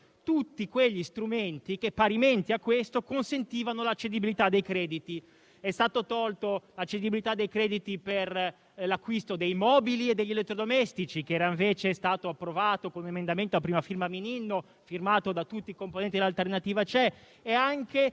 tutti quegli strumenti che, parimenti a questo, consentivano la cedibilità dei crediti. È stata tolta la cedibilità dei crediti per l'acquisto dei mobili e degli elettrodomestici, che era invece stata approvata con un emendamento a prima firma Mininno, sottoscritto da tutti i rappresentanti di L'Alternativa C'è, e anche